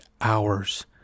hours